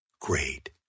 great